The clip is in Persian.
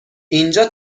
اینجا